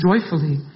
joyfully